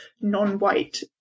non-white